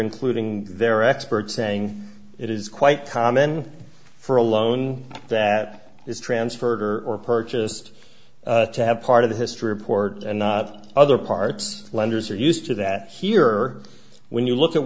including their experts saying it is quite common for a loan that is transferred or or purchased to have part of the history of port and not other parts lenders are used to that here when you look at